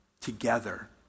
Together